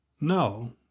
No